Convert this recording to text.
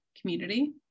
community